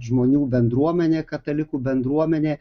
žmonių bendruomenė katalikų bendruomenė